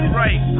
right